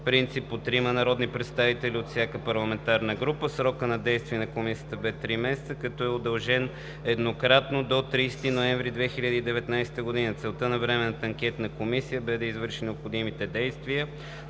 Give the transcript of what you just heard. принцип – по трима народни представители от всяка парламентарна група. Срокът на действие на Комисията бе три месеца, като е удължен еднократно до 30 ноември 2019 г. Целта на Временната анкетна комисия бе да извърши необходимите действия